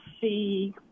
see